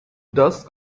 does